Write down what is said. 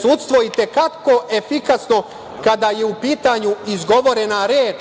sudstvo je i te kako efikasno kada je u pitanju izgovorena reč